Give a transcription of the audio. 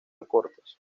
recortes